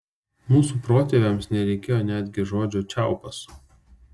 mūsų protėviams nereikėjo netgi žodžio čiaupas